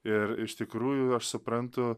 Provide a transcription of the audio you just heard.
ir iš tikrųjų aš suprantu